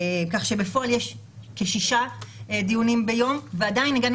כך שבפועל יש כ-6 דיונים ביום ועדיין הגענו